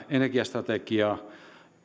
energiastrategiaa